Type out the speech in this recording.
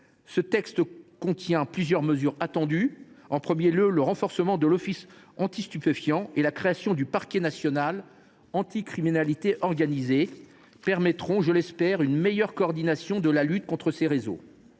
Ce texte contient plusieurs mesures attendues. D’abord, le renforcement de l’Office anti stupéfiants et la création du parquet national anti criminalité organisée permettront, je l’espère, une meilleure coordination de la lutte contre ces réseaux.